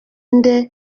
nde